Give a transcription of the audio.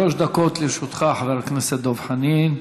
שלוש דקות לרשותך, חבר הכנסת דב חנין.